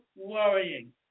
worrying